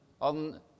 on